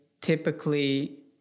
typically